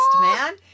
man